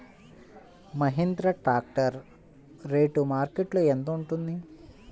Mahindra tractor rate మార్కెట్లో యెంత ఉంటుంది?